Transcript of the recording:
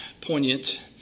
poignant